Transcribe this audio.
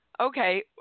Okay